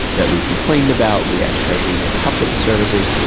that we complained about. we asked treasury to get tough with the servicers,